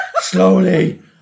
slowly